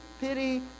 pity